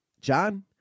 john